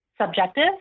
subjective